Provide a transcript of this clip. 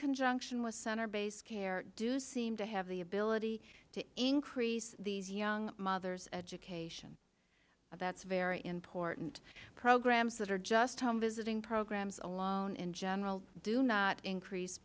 conjunction with center based care do seem to have the ability to increase these young mothers education that's very important programs that are just home visiting programs alone in general do not increase